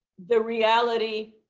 the reality